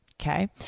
Okay